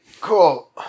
Cool